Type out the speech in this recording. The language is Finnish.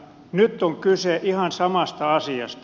nyt on kyse ihan samasta asiasta